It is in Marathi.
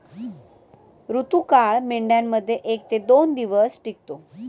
ऋतुकाळ मेंढ्यांमध्ये एक ते दोन दिवस टिकतो